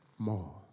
More